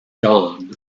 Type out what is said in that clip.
dawn